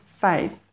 faith